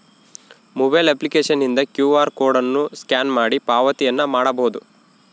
mobile ಅಪ್ಲಿಕೇಶನ್ನಿಂದ Q R code ಅನ್ನು scan ಮಾಡಿ ಪಾವತಿಯನ್ನ ಮಾಡಬೊದು